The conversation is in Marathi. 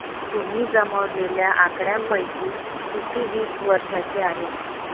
तुम्ही जमवलेल्या आकड्यांपैकी किती वीस वर्षांचे आहेत?